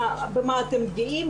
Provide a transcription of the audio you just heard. במה אתן גאות,